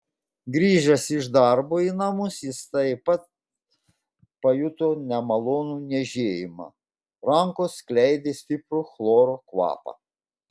grįžęs iš darbo į namus jis taip pat pajuto nemalonų niežėjimą rankos skleidė stiprų chloro kvapą